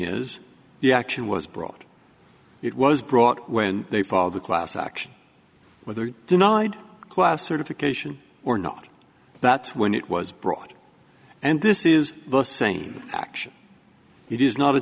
is the action was brought it was brought when they followed the class action whether denied class certification or not that's when it was brought and this is the same action it is not a